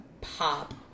pop